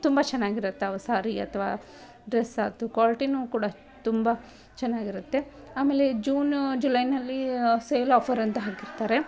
ತುಂಬ ಚೆನ್ನಾಗಿರುತ್ತೆ ಅವು ಸಾರಿ ಅಥವಾ ಡ್ರಸ್ ಆಯ್ತು ಕ್ವಾಲ್ಟಿಯೂ ಕೂಡ ತುಂಬ ಚೆನ್ನಾಗಿರುತ್ತೆ ಆಮೇಲೆ ಜೂನು ಜುಲೈನಲ್ಲಿ ಸೇಲ್ ಆಫರ್ ಅಂತ ಹಾಕಿರ್ತಾರೆ